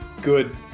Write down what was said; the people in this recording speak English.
good